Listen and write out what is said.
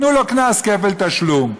תנו לו קנס כפל תשלום,